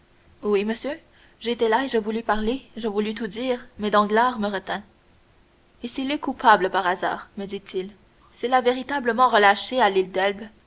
oui monsieur j'étais là et je voulus parler je voulus tout dire mais danglars me retint et s'il est coupable par hasard me dit-il s'il a véritablement relâché à l'île d'elbe